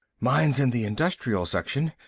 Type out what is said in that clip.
mine's in the industrial section,